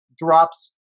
drops